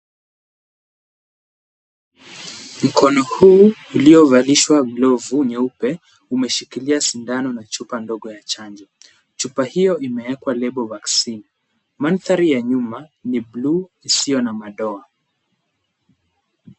Mkono huu uliovalishwa glovu nyeupe umeshikilia sindano na chupa ndogo ya chanjo. Chupa hiyo imewekwa lebo Vaccine . Mandhari ya nyuma ni bluu isiyo na madoa.